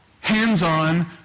hands-on